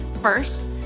First